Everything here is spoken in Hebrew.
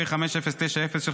פ/5090/25,